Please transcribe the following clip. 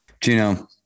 Gino